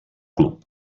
club